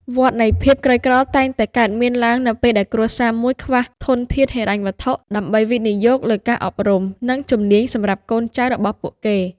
វដ្តនៃភាពក្រីក្រតែងតែកើតមានឡើងនៅពេលដែលគ្រួសារមួយខ្វះធនធានហិរញ្ញវត្ថុដើម្បីវិនិយោគលើការអប់រំ និងជំនាញសម្រាប់កូនចៅរបស់ពួកគេ។